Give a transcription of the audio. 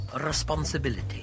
responsibility